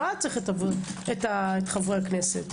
לא היה צריך את חברי הכנסת.